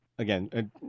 again